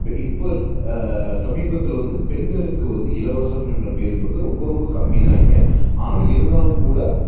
ப இப்போ இர் சமீபத்தில் வந்து பெண்களுக்கு வந்து இலவசம் என்ற பேருந்து வந்து ரொம்ப ரொம்ப கம்மி தான் இங்கே ஆனால் இருந்தாலும் கூட